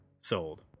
sold